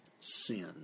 sin